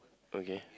okay